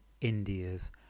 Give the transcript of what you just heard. India's